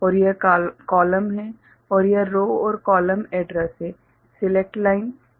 और यह कॉलम है और यह रो और कॉलम एड्रैस है - सिलेक्ट लाइन ठीक है